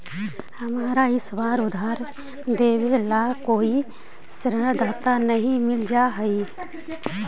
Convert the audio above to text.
हमारा ई बार उधार देवे ला कोई ऋणदाता नहीं मिलित हाई